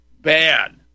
Bad